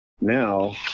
now